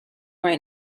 right